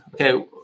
okay